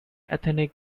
ethnic